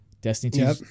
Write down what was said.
Destiny